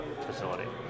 facility